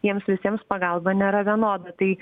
jiems visiems pagalba nėra vienoda tai